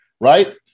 right